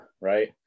Right